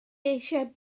eisiau